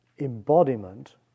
embodiment